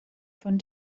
von